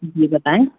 जी बताएं